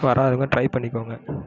வராதவங்க try பண்ணிக்கோங்க